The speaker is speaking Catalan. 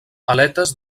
aletes